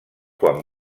quan